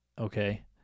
Okay